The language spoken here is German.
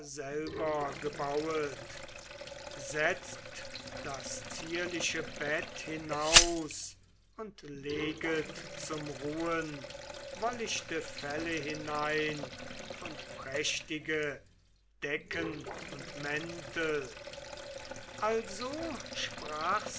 gebauet setzt das zierliche bette hinaus und leget zum ruhen wollichte felle hinein und prächtige decken und mäntel also sprach sie